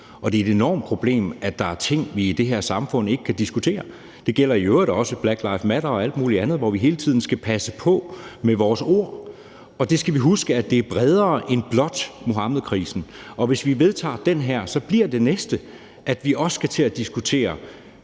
og det er et enormt problem, at der er ting, vi i det her samfund ikke kan diskutere. Det gælder i øvrigt også Black Lives Matter og alt mulig andet, hvor vi hele tiden skal passe på med vores ord. Vi skal huske, at det er bredere end blot Muhammedkrisen. Og hvis vi vedtager det her, bliver det næste, at vi også skal til at diskutere